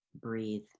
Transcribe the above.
breathe